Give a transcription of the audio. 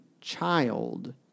child